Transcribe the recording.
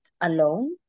alone